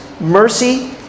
mercy